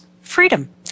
freedom